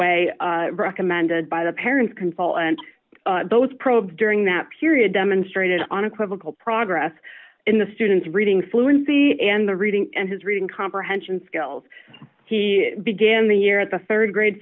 way recommended by the parents can fall and those probes during that period demonstrated unequivocal progress in the student's reading fluency and the reading and his reading comprehension skills he began the year at the rd grade